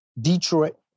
Detroit